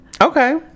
okay